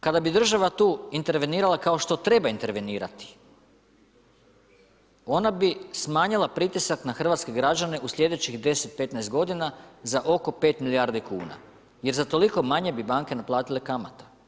Kada bi država tu intervenirala, kao što treba intervenirati, ona bi smanjila pritisak na hrvatske građane u sljedećih 10, 15 godina za oko 5 milijarde kuna jer za toliko manje bi banke naplatile kamate.